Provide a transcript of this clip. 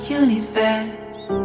universe